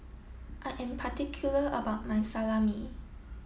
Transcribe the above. I am particular about my Salami